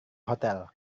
hotel